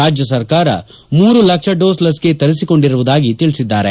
ರಾಜ್ಞ ಸರ್ಕಾರ ಮೂರು ಲಕ್ಷ ಡೋಸ್ ಲಸಿಕೆ ತರಿಸಿಕೊಂಡಿರುವುದಾಗಿ ತಿಳಿಸಿದ್ದಾರೆ